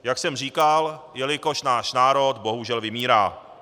Jak jsem říkal, jelikož náš národ bohužel vymírá.